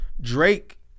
Drake